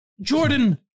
Jordan